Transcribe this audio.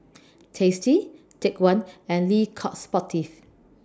tasty Take one and Le Coq Sportif